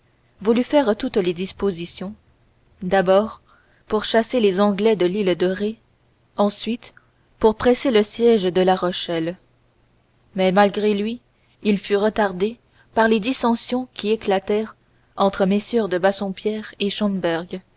voulut faire toutes les dispositions d'abord pour chasser les anglais de l'île de ré ensuite pour presser le siège de la rochelle mais malgré lui il fut retardé par les dissensions qui éclatèrent entre mm de bassompierre et